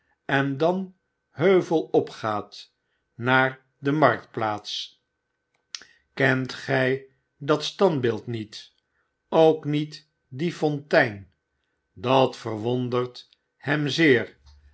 en den heuvel opgaat naar de marktplaats kent gij dat standbeeld niet ook niet die fontein dat verwondert hem zeer